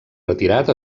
retirat